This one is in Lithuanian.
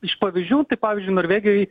iš pavyzdžių pavyzdžiui norvegijoj